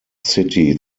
city